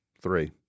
Three